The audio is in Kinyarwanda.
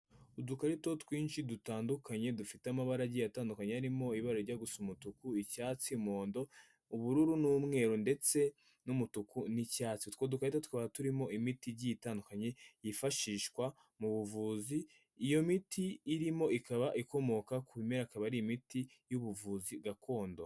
Udukarito twinshi dutandukanye dufite amabara agiye atandukanye harimo ibara rijya gusa umutuku, icyatsi, muhondo, ubururu n'umweru, ndetse n'umutuku n'icyatsi, utwo dukarito tukaba turimo imiti igiye itandukanye yifashishwa mu buvuzi, iyo miti irimo ikaba ikomoka ku bimera, ikaba ari imiti y'ubuvuzi gakondo.